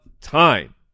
time